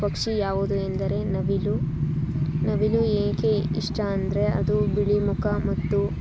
ಪಕ್ಷಿ ಯಾವುದು ಎಂದರೆ ನವಿಲು ನವಿಲು ಏಕೆ ಇಷ್ಟ ಅಂದರೆ ಅದು ಬಿಳಿ ಮುಖ ಮತ್ತು